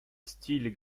style